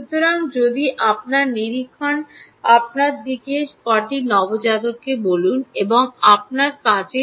সুতরাং যদি আপনার নিরীক্ষণ আমাদের দিন কটি নবজাতক বলুন এবং আপনার কাছে